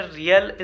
real